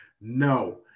No